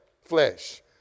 flesh